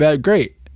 great